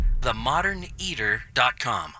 themoderneater.com